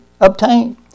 obtain